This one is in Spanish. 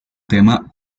tema